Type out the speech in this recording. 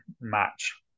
match